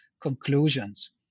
conclusions